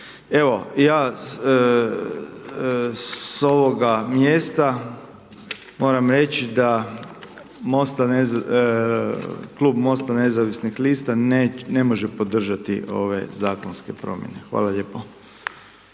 Evo, ja s ovoga mjesta moram reći da MOST-a Klub MOST-a nezavisnih lista ne može podržati ove zakonske promijene. Hvala lijepo.